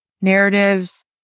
narratives